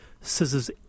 scissors